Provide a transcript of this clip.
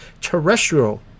terrestrial